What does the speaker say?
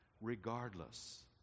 regardless